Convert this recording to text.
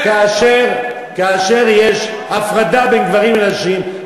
שכאשר יש הפרדה בין גברים לנשים,